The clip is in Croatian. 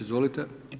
Izvolite.